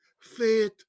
Faith